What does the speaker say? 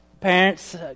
Parents